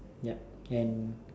ya and